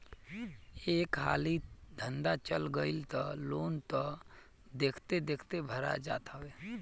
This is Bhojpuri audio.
एक हाली धंधा चल गईल तअ लोन तअ देखते देखत भरा जात हवे